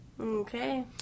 Okay